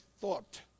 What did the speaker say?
thought